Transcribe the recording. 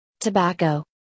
tobacco